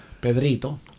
Pedrito